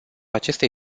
acestei